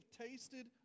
tasted